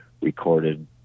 recorded